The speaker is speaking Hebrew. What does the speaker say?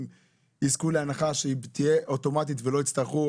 יזכו להנחה שהיא תהיה אוטומטית ולא יצטרכו,